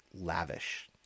lavish